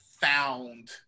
found